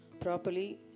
properly